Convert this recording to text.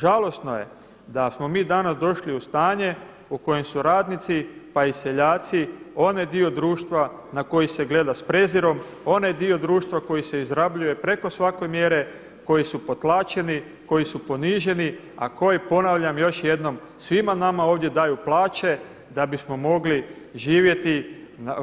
Žalosno je da smo mi danas došli u stanje u kojem su radnici pa i seljaci onaj dio društva na koji se gleda s prezirom, onaj dio društva koji se izrabljuje preko svake mjere, koji su potlačeni, koji su poniženi, a koji ponavljam još jednom svima nama ovdje daju plaće da bismo mogli živjeti